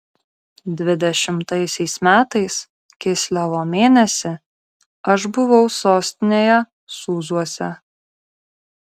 dvidešimtaisiais metais kislevo mėnesį aš buvau sostinėje sūzuose